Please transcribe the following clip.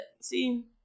See